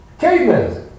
cavemen